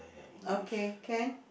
okay can